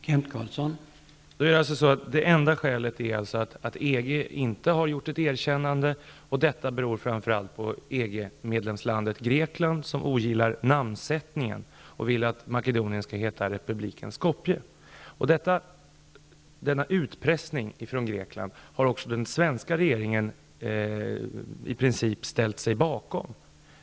Herr talman! Det enda skälet är alltså att EG inte har gjort ett erkännande, vilket framför allt beror på EG-medlemmen Grekland, som ogillar namnvalet och vill att Makedonien skall heta Greklands sida har alltså även den svenska regeringen i princip ställt sig bakom.